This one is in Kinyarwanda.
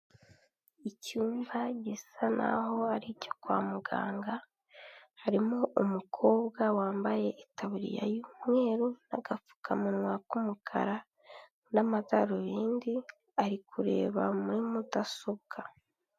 Icyumba gisa naho ari icyo kwa muganga, harimo umukobwa wambaye itaburiya y'umweru n'gapfukamunwa k'umukara n'amadarubindi, ari kureba muri mudasobwa.